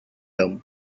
dumb